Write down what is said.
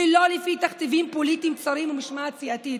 ולא לפי תכתיבים פוליטיים צרים ומשמעת סיעתית.